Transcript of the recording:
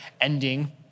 ending